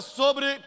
sobre